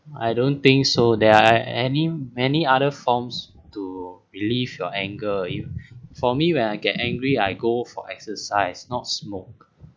I don't think so there are any many other forms relieve your anger you for me when I get angry I go for exercise not smoke